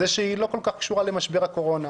שהיא לא כל כך קשורה למשבר הקורונה.